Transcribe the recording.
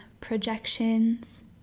projections